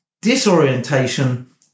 disorientation